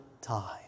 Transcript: time